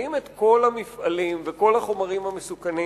האם את כל המפעלים וכל החומרים המסוכנים